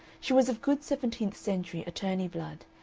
she was of good seventeenth-century attorney blood,